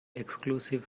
exclusive